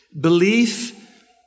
Belief